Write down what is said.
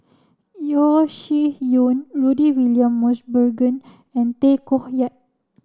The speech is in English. Yeo Shih Yun Rudy William Mosbergen and Tay Koh Yat